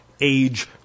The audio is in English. Age